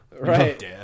right